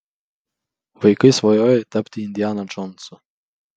vaikai svajoja tapti indiana džonsu